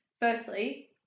firstly